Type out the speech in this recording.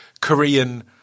Korean